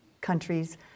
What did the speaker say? countries